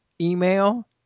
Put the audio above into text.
email